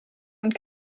und